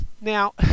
Now